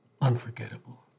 unforgettable